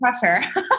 pressure